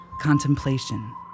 contemplation